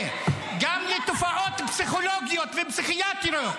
איפה המפלגות תומכות הטרור?